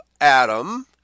Adam